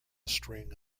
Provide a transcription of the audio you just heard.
string